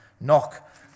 Knock